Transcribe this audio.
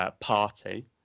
party